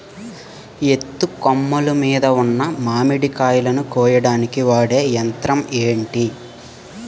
ఎత్తు కొమ్మలు మీద ఉన్న మామిడికాయలును కోయడానికి వాడే యంత్రం ఎంటి?